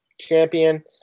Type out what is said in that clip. champion